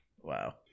Wow